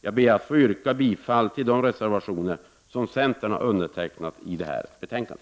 Jag yrkar bifall till de reservationer som centern har undertecknat i detta betänkande.